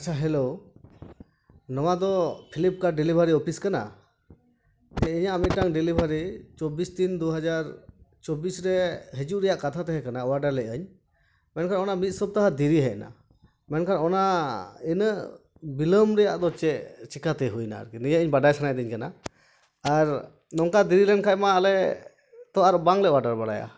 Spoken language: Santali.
ᱟᱪᱪᱷᱟ ᱦᱮᱞᱳ ᱱᱚᱣᱟ ᱫᱚ ᱯᱷᱤᱞᱤᱯᱠᱟᱨᱴ ᱰᱮᱞᱤᱵᱷᱟᱨᱤ ᱚᱯᱷᱤᱥ ᱠᱟᱱᱟ ᱤᱧᱟᱹᱜ ᱢᱤᱫᱴᱟᱝ ᱰᱮᱞᱤᱵᱷᱟᱨᱤ ᱪᱚᱵᱵᱤᱥ ᱛᱤᱱ ᱫᱩ ᱦᱟᱡᱟᱨ ᱪᱤᱵᱵᱤᱥ ᱨᱮ ᱦᱤᱡᱩᱜ ᱨᱮᱭᱟᱜ ᱠᱟᱛᱷᱟ ᱛᱟᱦᱮᱠᱟᱱᱟ ᱚᱰᱟᱨ ᱞᱮᱫ ᱟᱹᱧ ᱢᱮᱱᱠᱷᱟᱱ ᱚᱱᱟ ᱢᱤᱫ ᱥᱚᱯᱚᱛᱟᱦᱚ ᱰᱮᱨᱤ ᱦᱮᱡ ᱮᱱᱟ ᱢᱮᱱᱠᱷᱟᱱ ᱚᱱᱟ ᱩᱱᱟᱹᱜ ᱵᱤᱞᱚᱢ ᱨᱮᱭᱟᱜ ᱫᱚ ᱪᱮᱫ ᱪᱤᱠᱟᱹᱛᱮ ᱦᱩᱭ ᱮᱱᱟ ᱟᱨᱠᱤ ᱱᱤᱭᱟᱹ ᱵᱟᱰᱟᱭ ᱥᱟᱱᱟᱭᱮᱫᱤᱧ ᱠᱟᱱᱟ ᱟᱨ ᱱᱚᱝᱠᱟ ᱫᱮᱨᱤ ᱞᱮᱱᱠᱷᱟᱱ ᱢᱟ ᱟᱞᱮ ᱛᱚ ᱟᱨ ᱵᱟᱝᱞᱮ ᱚᱰᱟᱨ ᱵᱟᱲᱟᱭᱟ